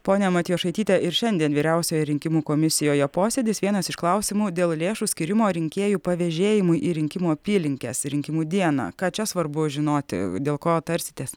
ponia matjošaityte ir šiandien vyriausioje rinkimų komisijoje posėdis vienas iš klausimų dėl lėšų skyrimo rinkėjų pavėžėjimui į rinkimų apylinkes rinkimų dieną ką čia svarbu žinoti dėl ko tarsitės